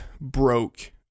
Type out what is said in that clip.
broke